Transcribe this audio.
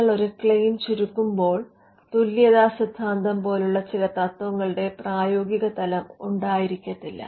നിങ്ങൾ ഒരു ക്ലെയിം ചുരുക്കുമ്പോൾ തുല്യത സിദ്ധാന്തം പോലുള്ള ചില തത്ത്വങ്ങളുടെ പ്രയോഗികതലം ഉണ്ടായിരിക്കത്തില്ല